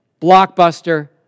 Blockbuster